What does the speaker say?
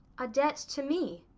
a debt to me?